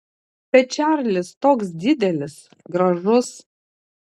bet čarlis toks didelis gražus